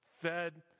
fed